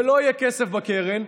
ולא יהיה כסף בקרן,